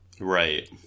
Right